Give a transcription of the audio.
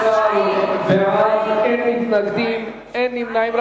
15 בעד, אין מתנגדים, אין נמנעים.